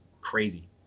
crazy